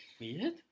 weird